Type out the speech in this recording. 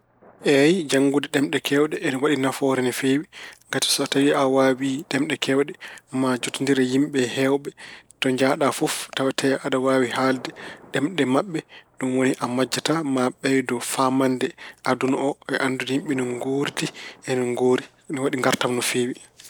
Eey, janngude ɗemɗe keewɗe ina waɗi nafoore no feewi. Ngati so tawi a waawi ɗemɗe keewɗe maa jotondir e yimɓe heewɓe. To njahɗa fof tawatee aɗa waawi haalde maɓɓe. Ɗum woni a majjataa. Maa ɓeydoo faamande aduna oo e anndude yimɓe no nguurdi e no ngoori. Ina waɗi ngaartam no feewi.